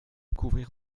couvrir